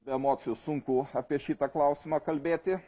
be emocijų sunku apie šitą klausimą kalbėti